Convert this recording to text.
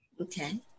Okay